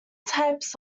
types